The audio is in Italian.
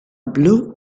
blu